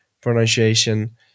pronunciation